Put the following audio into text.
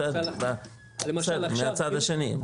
בסדר, מהצד השני, סיפור אחר.